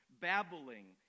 babbling